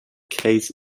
case